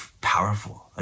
powerful